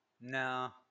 No